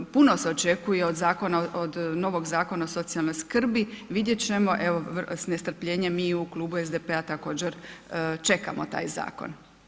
Puno se očekuje od novog Zakona o socijalnoj skrbi, vidjet ćemo, evo s nestrpljenjem mi u klubu SDP-a također čekamo taj zakon.